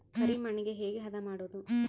ಕರಿ ಮಣ್ಣಗೆ ಹೇಗೆ ಹದಾ ಮಾಡುದು?